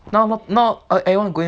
now now now everyone going